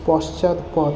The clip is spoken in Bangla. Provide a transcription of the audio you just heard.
পশ্চাৎপদ